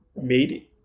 made